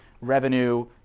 revenue